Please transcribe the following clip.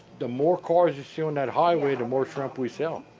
the more cars you see on that highway, the more shrimp we sell.